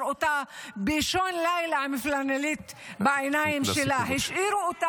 אותה באישון לילה עם פלנלית על העיניים שלה.